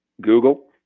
Google